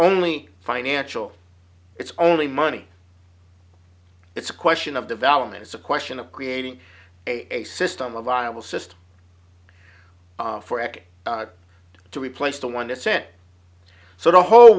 only financial it's only money it's a question of development it's a question of creating a system of viable system for it to replace the one that sent so the whole